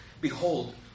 Behold